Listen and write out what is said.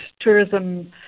tourism